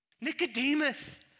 Nicodemus